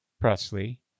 Presley